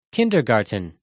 Kindergarten